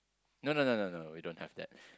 no no no no no we don't have that